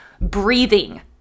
Breathing